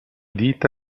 dita